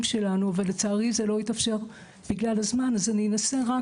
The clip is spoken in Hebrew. שלנו אבל לצערי זה לא התאפשר בגלל הזמן אז אני אנסה רק